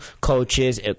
coaches